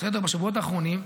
בשבועות האחרונים,